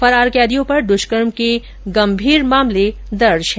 फरार कैदियों पर दुष्कर्म के गंभीर मामले दर्ज है